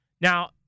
Now